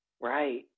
Right